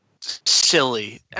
silly